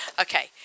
Okay